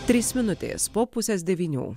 trys minutės po pusės devynių